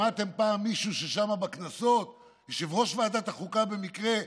שמעתם פעם מישהו שם, יושב-ראש ועדת החוקה במקרה,